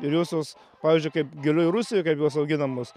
ir josios pavyzdžiui kaip gilioj rusijoj kaip jos auginamos